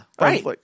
Right